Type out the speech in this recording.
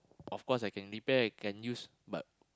of course I can repair and can use but